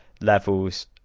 levels